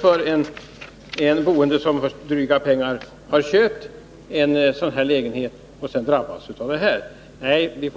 för en boende som för dryga pengar köpt en lägenhet och sedan drabbas av detta? Nej, vi